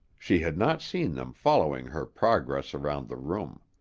she had not seen them following her progress around the room.